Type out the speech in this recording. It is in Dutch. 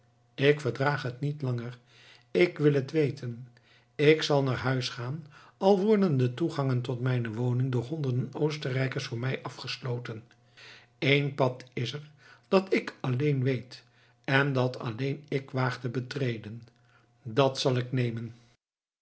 ik verdraag het niet langer ik wil het weten ik zal naar huis gaan al worden de toegangen tot mijne woning door honderden oostenrijkers voor mij afgesloten eén pad is er dat ik alleen weet en dat alleen ik waag te betreden dat zal ik nemen